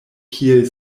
kiel